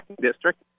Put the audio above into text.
district